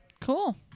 Cool